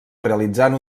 realitzant